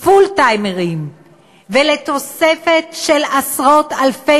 פול-טיימרים ולתוספת של עשרות-אלפי